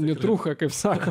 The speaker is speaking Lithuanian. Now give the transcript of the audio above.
nitrūcha kaip sako